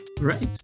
Right